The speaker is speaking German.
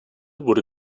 wurde